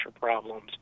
problems